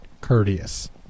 courteous